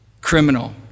criminal